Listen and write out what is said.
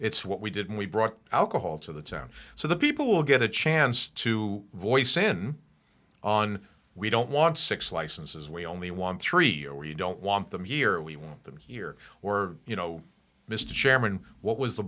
it's what we did we brought alcohol to the town so the people will get a chance to voice in on we don't want six licenses we only want three or you don't want them here we want them here or you know mr chairman what was the